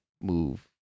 move